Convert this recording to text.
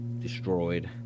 destroyed